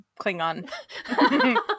Klingon